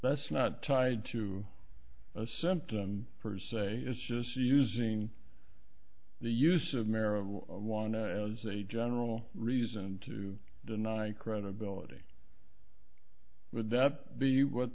that's not tied to a symptom per se is just using the use of marijuana as a general reason to deny credibility with the what